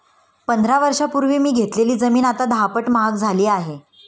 पंधरा वर्षांपूर्वी मी घेतलेली जमीन आता दहापट महाग झाली आहे